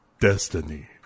destiny